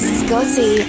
scotty